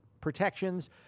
protections